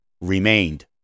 remained